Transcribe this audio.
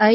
આઈ